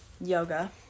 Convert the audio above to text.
yoga